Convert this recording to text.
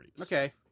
okay